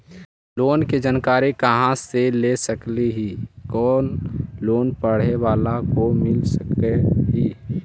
Loan की जानकारी कहा से ले सकली ही, कोन लोन पढ़े बाला को मिल सके ही?